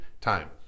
time